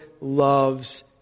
loves